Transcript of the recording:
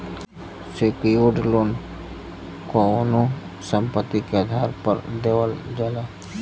secured loan कउनो संपत्ति के आधार पर देवल जाला